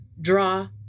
draw